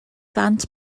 ddant